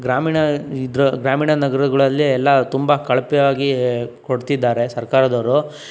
ಗ್ರಾಮೀಣ ಇದರ ಗ್ರಾಮೀಣ ನಗರಗಳಲ್ಲಿ ಎಲ್ಲ ತುಂಬ ಕಳಪೆಯಾಗಿ ಕೊಡ್ತಿದ್ದಾರೆ ಸರ್ಕಾರದವರು